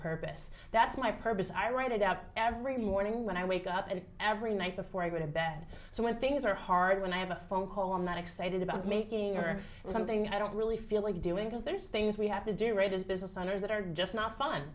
purpose that's my purpose i write it out every morning when i wake up and every night before i go to bed so when things are hard when i have a phone call i'm not excited about making or something i don't really feel like doing because there's things we have to do right as business owners that are just not fun